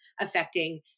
affecting